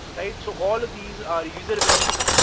right? so all of these are user events.